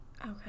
Okay